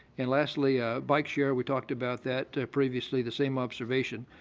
and lastly, ah bike share. we talked about that previously, the same observation.